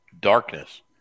darkness